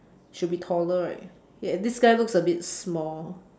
should be taller right ya this guy looks a bit small